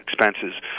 expenses